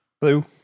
Hello